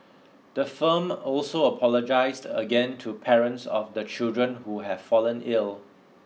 the firm also apologised again to parents of the children who have fallen ill